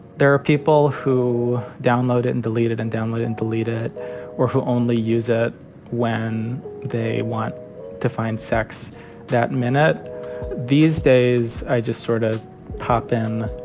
there are people who download it and delete it and download and delete it or who only use it when they want to find sex that minute these days i just sort of pop in,